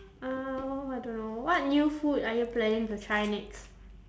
uh I don't know what new food are you planning to try next